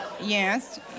yes